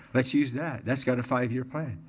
let's use that. that's got a five year plan.